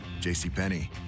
JCPenney